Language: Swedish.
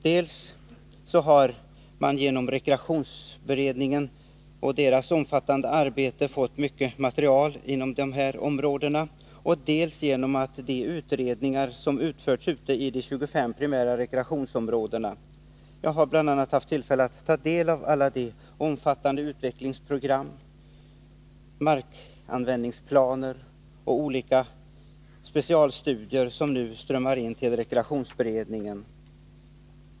Dels har man genom rekreationsberedningen och dess omfattande arbete fått mycket material, dels har det utförts många utredningar ute i de 25 primära rekreationsområdena. Jag har bl.a. haft tillfälle att ta del av alla de omfattande utvecklingsprogram, markanvändningsplaner och olika specialstudier som nu strömmar in till rekreationsberedningen.